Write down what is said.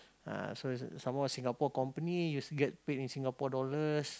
ah so some more Singapore company you also get paid in Singapore dollars